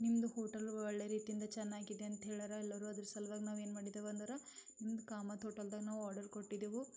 ನಿಮ್ದು ಹೋಟೆಲ್ ಒಳ್ಳೆ ರೀತಿಂದ ಚೆನ್ನಾಗಿದೆ ಅಂತ ಹೇಳ್ಯಾರ ಎಲ್ಲರೂ ಅದ್ರ ಸಲುವಾಗಿ ನಾವೇನು ಮಾಡಿದೆವು ಅಂದ್ರೆ ನಿಮ್ದು ಕಾಮತ್ ಹೋಟೆಲ್ನಾಗೆ ನಾವು ಆರ್ಡರ್ ಕೊಟ್ಟಿದ್ದೇವೆ